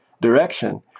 direction